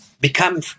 become